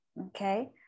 okay